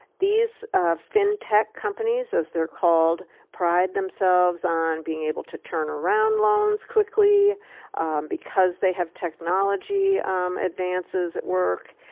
these ah fintech companies, as they're called, pride themselves on being able to turn around loans quickly and because they have technology um advances at work.